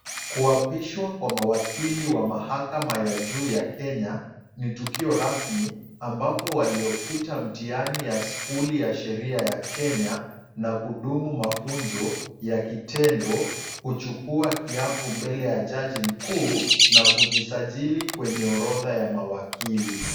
Kuapishwa kwa mawakili wa mahakama ya juu ya Kenya, ni tukio rasmi ambapo waliopita mtihani ya skuli ya sheria ya Kenya na kudumu mafunzo ya kitendo, huchukua kiapo mbele ya jaji mkuu na kujisajili kwenye orodha ya mawakili